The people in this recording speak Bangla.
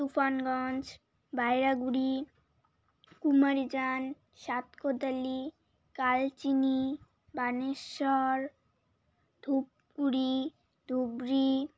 তুফানগঞ্জ বাইরাগুড়ি কুমারীজান সাতকোদালি কালচিনি বানেশ্বর ধুপগুড়ি ধুবড়ি